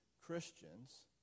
Christians